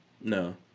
No